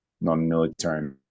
non-military